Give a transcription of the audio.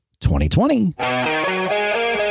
2020